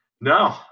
No